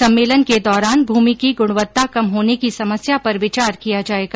सम्मेलन के दौरान भूमि की गुणवत्ता कम होने की समस्या पर विचार किया जाएगा